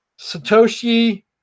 satoshi